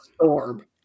storm